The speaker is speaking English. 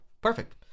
Perfect